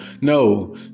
No